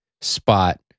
spot